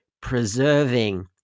preserving